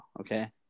okay